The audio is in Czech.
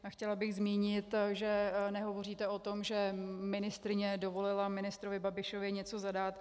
A chtěla bych zmínit, že nehovoříte o tom, že ministryně dovolila ministrovi Babišovi něco zadat.